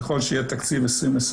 ככל שיהיה תקציב 2021,